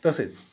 तसेच